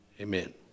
Amen